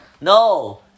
No